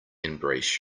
embrace